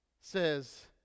says